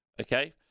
okay